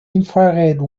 infrared